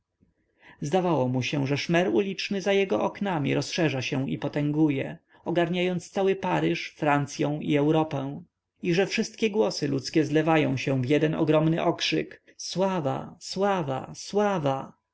zdawało mu się że szmer uliczny za jego oknami rozszerza się i potęguje ogarniając cały paryż francyą i europę i że wszystkie głosy ludzkie zlewają się w jeden ogromny okrzyk sława sława sława